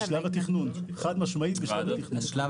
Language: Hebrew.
חד משמעי, בשלב התכנון.